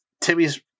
Timmy's